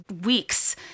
weeks